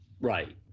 Right